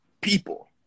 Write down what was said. people